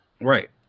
Right